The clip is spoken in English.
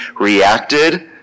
reacted